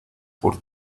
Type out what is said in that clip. por